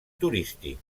turístic